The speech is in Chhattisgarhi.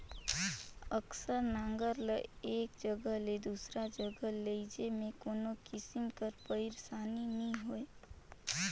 अकरस नांगर ल एक जगहा ले दूसर जगहा लेइजे मे कोनो किसिम कर पइरसानी नी होए